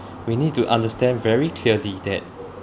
we need to understand very clearly that